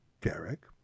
Derek